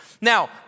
Now